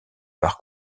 par